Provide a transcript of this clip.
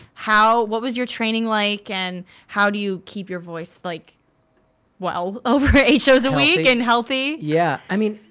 how what was your training like and how do you keep your voice like well over eight shows a week and healthy? yeah. i mean,